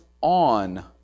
on